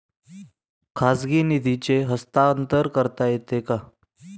खाजगी निधीचे हस्तांतरण करता येते का?